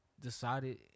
decided